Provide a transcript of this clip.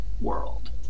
world